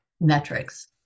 metrics